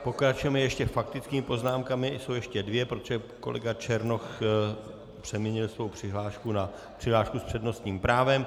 Pokračujeme ještě faktickými poznámkami jsou ještě dvě, protože kolega Černoch přeměnil svou přihlášku na přihlášku s přednostním právem.